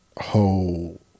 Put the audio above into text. whole